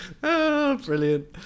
brilliant